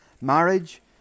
marriage